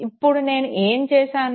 ఇప్పుడు నేను ఏమి చేశాను